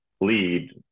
lead